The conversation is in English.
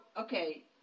Okay